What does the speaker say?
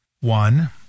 One